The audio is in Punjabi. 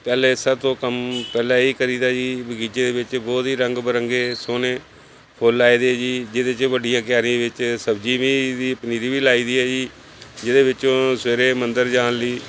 ਪਹਿਲਾਂ ਸਭ ਤੋਂ ਕੰਮ ਪਹਿਲਾਂ ਇਹ ਹੀ ਕਰੀਦਾ ਜੀ ਬਗੀਚੇ ਦੇ ਵਿੱਚ ਬਹੁਤ ਹੀ ਰੰਗ ਬਿਰੰਗੇ ਸੋਹਣੇ ਫੁੱਲ ਲਾਏ ਦੇ ਜੀ ਜਿਹਦੇ 'ਚ ਵੱਡੀਆਂ ਕਿਆਰੀਆਂ ਵਿੱਚ ਸਬਜ਼ੀ ਬੀਜ਼ ਦੀ ਪਨੀਰੀ ਵੀ ਲਾਈ ਦੀ ਹੈ ਜੀ ਜਿਹਦੇ ਵਿੱਚੋਂ ਸਵੇਰੇ ਮੰਦਰ ਜਾਣ ਲਈ